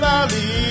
Valley